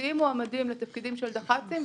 ומציעים מועמדים לתפקידים של דח"צים.